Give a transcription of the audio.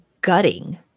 gutting